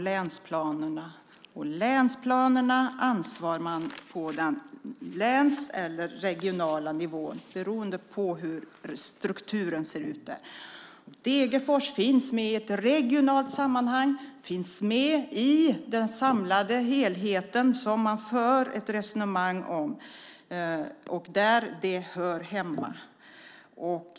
Länsplanerna ansvarar för länsnivån eller den regionala nivån, beroende på hur strukturen ser ut. Degerfors finns med i ett regionalt sammanhang. Det finns med i den samlade helhet som det förs ett resonemang om och där det hör hemma.